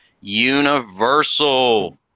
Universal